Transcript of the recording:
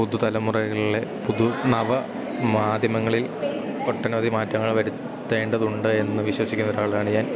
പുതുതലമുറകളിലെ പുതു നവ മാധ്യമങ്ങളിൽ ഒട്ടനവധി മാറ്റങ്ങൾ വരുത്തേണ്ടതുണ്ട് എന്നു വിശ്വസിക്കുന്നൊരാളാണ് ഞാൻ